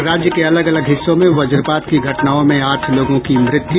और राज्य के अलग अलग हिस्सों में वजपात की घटनाओं में आठ लोगों की मृत्यु